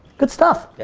good stuff. yeah.